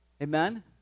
Amen